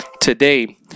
today